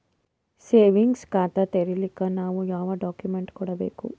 Savings ಖಾತಾ ತೇರಿಲಿಕ ಯಾವ ಡಾಕ್ಯುಮೆಂಟ್ ಕೊಡಬೇಕು?